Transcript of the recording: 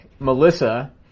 Melissa